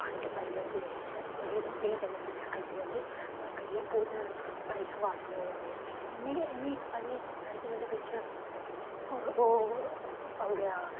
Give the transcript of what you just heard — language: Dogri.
खंड पाइयै ते ओह्दे देहीं कन्नै मिक्स करियै ते करियै बोह्त बड़ी सुआद बनाई ओड़दे हे मी मी इक बारी केह् कीता कि ओह्दे बिच्च ओह् पाई ओड़ेआ